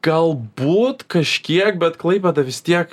galbūt kažkiek bet klaipėda vis tiek